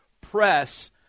press